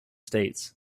states